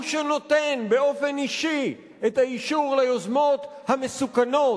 הוא שנותן באופן אישי את האישור ליוזמות המסוכנות,